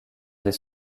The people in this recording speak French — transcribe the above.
des